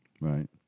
Right